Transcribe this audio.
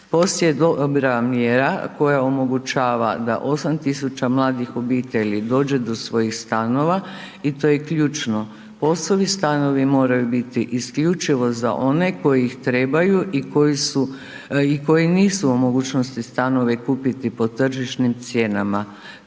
Posve dobra mjera koja omogućava da 8000 mladih obitelji dođe do svojih stanova i to je ključno, POS-ovi stanovi moraju biti isključivo za one koji ih trebaju i koji su, i koji nisu u mogućnosti stanove kupiti po tržišnim cijenama.